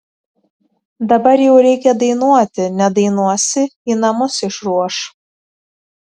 dabar jau reikia dainuoti nedainuosi į namus išruoš